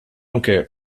anke